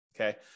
okay